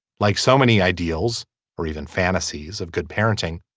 like so many ideals or even fantasies of good parenting.